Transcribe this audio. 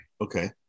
Okay